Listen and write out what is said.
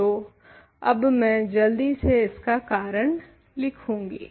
तो अब मैं जल्दी से इसका कारण लिखूंगी